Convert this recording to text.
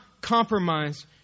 compromise